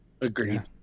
agreed